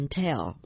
tell